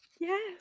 Yes